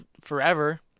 forever